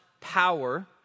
power